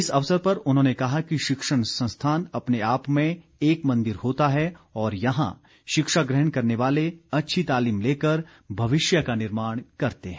इस अवसर पर उन्होंने कहा कि शिक्षण संस्थान अपने आप में एक मंदिर होता है और यहां शिक्षा ग्रहण करने वाले अच्छी तालीम लेकर भविष्य का निर्माण करते हैं